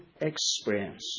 experience